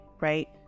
right